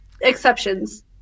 exceptions